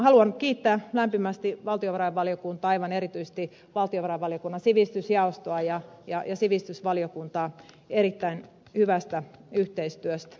haluan kiittää lämpimästi valtiovarainvaliokuntaa aivan erityisesti valtiovarainvaliokunnan sivistysjaostoa ja sivistysvaliokuntaa erittäin hyvästä yhteistyöstä